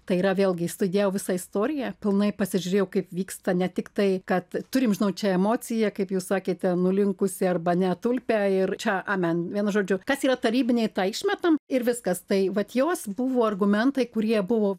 tai yra vėlgi išstudijavau visą istoriją pilnai pasižiūrėjau kaip vyksta ne tik tai kad turim žinot čia emociją kaip jūs sakėte nulinkusi arba ne tulpė ir čia amen vienu žodžiu kas yra tarybiniai tai išmetam ir viskas tai vat jos buvo argumentai kurie buvo